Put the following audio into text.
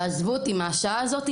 תעזבו אותי מהשעה הזאת,